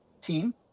team